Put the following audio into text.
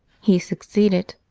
he succeeded.